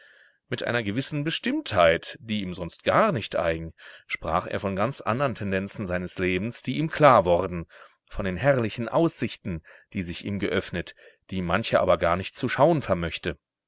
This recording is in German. mit einer gewissen bestimmtheit die ihm sonst gar nicht eigen sprach er von ganz andern tendenzen seines lebens die ihm klar worden von den herrlichen aussichten die sich ihm geöffnet die mancher aber gar nicht zu schauen vermöchte